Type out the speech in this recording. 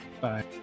Bye